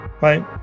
bye